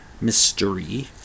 mystery